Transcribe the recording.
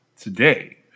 today